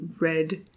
red